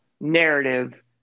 narrative